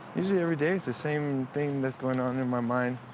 usually every day it's the same thing that's going on in my mind.